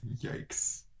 Yikes